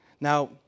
Now